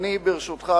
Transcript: ברשותך,